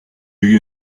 you